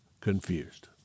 confused